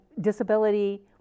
disability